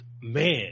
Man